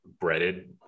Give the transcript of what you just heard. breaded